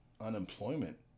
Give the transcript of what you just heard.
unemployment